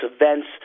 events